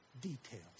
details